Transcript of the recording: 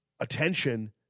attention